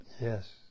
Yes